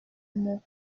mot